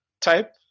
type